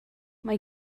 mae